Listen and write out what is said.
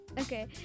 Okay